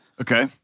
Okay